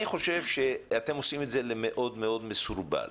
אני חושב שאתם עושים את זה מאוד מאוד מסורבל,